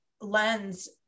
lens